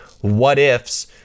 what-ifs